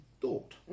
Thought